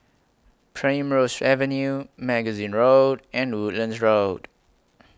Primrose Avenue Magazine Road and Woodlands Road